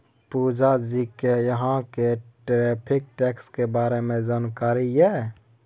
पुजा जी कि अहाँ केँ टैरिफ टैक्सक बारे मे जानकारी यै?